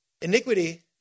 Iniquity